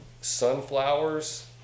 sunflowers